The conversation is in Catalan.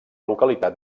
localitat